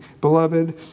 beloved